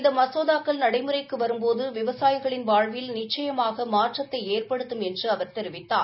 இந்த மசோதாக்கள் நடைமுறைக்கு வரும்போது விவசாயிகளின் வாழ்வில் நிச்சயமாக மாற்றத்தை ஏற்படுத்தும் என்றார்